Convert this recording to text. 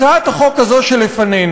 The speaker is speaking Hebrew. הצעת החוק הזאת שלפנינו,